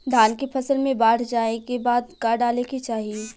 धान के फ़सल मे बाढ़ जाऐं के बाद का डाले के चाही?